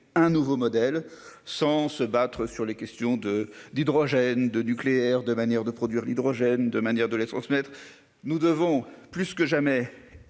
un nouveau modèle sans se battre sur les questions de d'hydrogène de nucléaire de manière de produire l'hydrogène de manière de les transmettre. Nous devons plus que jamais